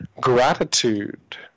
gratitude